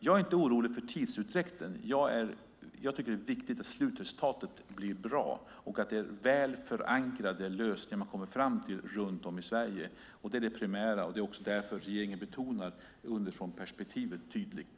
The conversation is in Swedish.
Jag är inte orolig för tidsutdräkten utan jag tycker att det är viktigt att slutresultatet blir bra och att det är väl förankrade lösningar man kommer fram till runt om i Sverige. Det är det primära. Det är därför regeringen tydligt betonar underifrånperspektivet.